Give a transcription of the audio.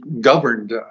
governed